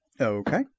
Okay